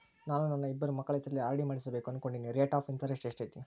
ನಾನು ನನ್ನ ಇಬ್ಬರು ಮಕ್ಕಳ ಹೆಸರಲ್ಲಿ ಆರ್.ಡಿ ಮಾಡಿಸಬೇಕು ಅನುಕೊಂಡಿನಿ ರೇಟ್ ಆಫ್ ಇಂಟರೆಸ್ಟ್ ಎಷ್ಟೈತಿ?